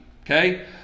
Okay